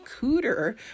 Cooter